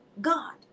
God